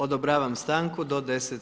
odobravam stanku do 10,